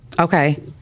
Okay